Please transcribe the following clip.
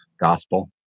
gospel